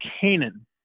Canaan